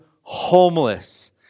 homeless